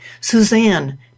Suzanne